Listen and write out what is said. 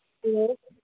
hello